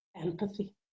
empathy